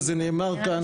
וזה נאמר כאן,